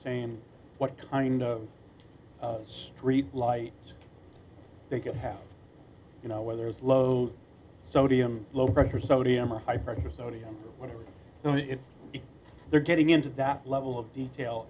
saying what kind of street lights they could have you know whether it's low sodium low pressure sodium or high pressure sodium whatever it is they're getting in to that level of detail